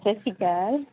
ਸਤਿ ਸ਼੍ਰੀ ਅਕਾਲ